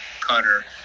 cutter